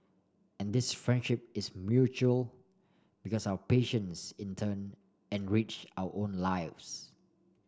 and this friendship is mutual because our patients in turn enrich our own lives